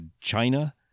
China